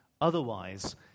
Otherwise